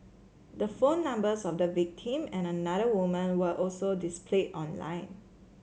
the phone numbers of the victim and another woman were also displayed online